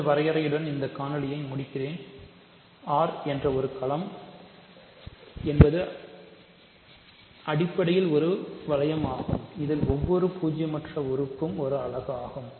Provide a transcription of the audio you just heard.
இந்த வரையறையுடன் இந்த காணொளியை முடிக்கிறேன் R என்ற ஒரு களம் என்பது அடிப்படையில் ஒரு வளையம் ஆகும் இதில் ஒவ்வொரு பூஜ்ஜியமற்ற உறுப்பு ஒரு அலகு ஆகும்